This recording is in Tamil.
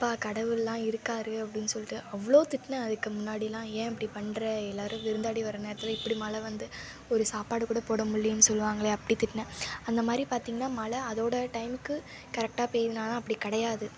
அப்பா கடவுள்லாம் இருக்கார் அப்டின்னு சொல்லிட்டு அவ்வளோ திட்டினேன் அதுக்கு முன்னாடிலாம் ஏன் இப்படி பண்ணுற எல்லோரும் விருந்தாளி வர நேரத்தில் இப்படி மழை வந்து ஒரு சாப்பாடுக்கூட போடமுடியலயே சொல்வாங்க இல்லையா அப்படி திட்டினேன் அந்தமாதிரி பார்த்திங்கனா மழை அதோட டைமுக்கு கரெக்டாக பெயிமானா அப்படி கிடையாது